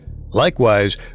Likewise